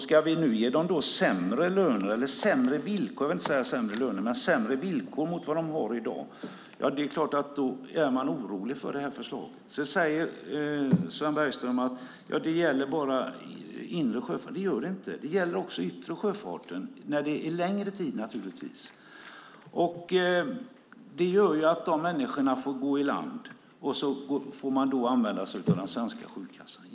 Ska vi nu ge sjömännen sämre villkor än vad de har i dag, är det klart att man är orolig för det här förslaget. Sven Bergström säger att det här bara gäller inre sjöfart. Det gör det inte. Det gäller också den yttre sjöfarten. Det här gör att sjömännen får gå i land och använda sig av den svenska sjukkassan.